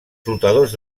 flotadors